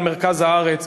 על מרכז הארץ,